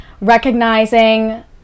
recognizing